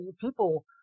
People